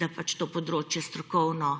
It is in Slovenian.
da to področje strokovno